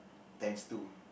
times two